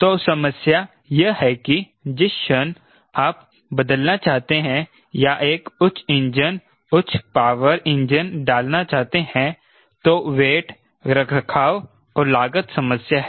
तो समस्या यह है कि जिस क्षण आप बदलना चाहते हैं या एक उच्च इंजन उच्च पावर इंजन डालना चाहते हैं तो वेट रखरखाव और लागत समस्या है